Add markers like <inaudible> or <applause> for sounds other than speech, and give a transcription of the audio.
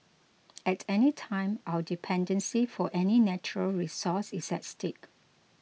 <noise> at any time our dependency for any natural resource is at stake